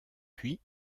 puis